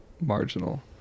marginal